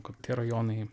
kad tie rajonai